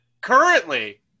currently